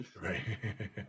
Right